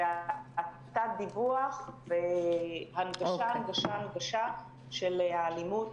התת דיווח והנגשה הנגשה הנגשה של האלימות,